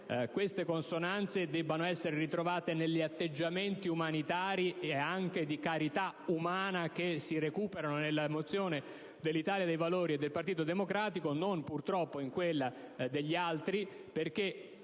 queste debbano essere ritrovate negli atteggiamenti umanitari e di carità umana che si recuperano nelle mozioni dell'Italia dei Valori e del Partito Democratico - non purtroppo in quella presentata dal